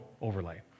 overlay